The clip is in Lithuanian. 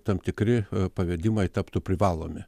tam tikri pavedimai taptų privalomi